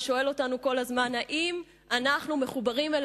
ששואל אותנו כל הזמן אם אנחנו מחוברים אל